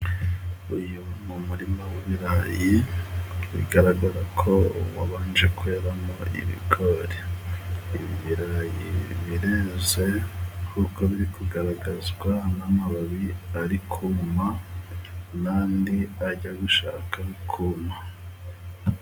Uyu ni umurima w'ibirayi bigaragara ko uwabanje kweramo ibigori. Ibirayi bireze kuko biri kugaragazwa n'amababi ariko nandi ajya gushaka kuma.